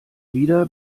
wieder